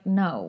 no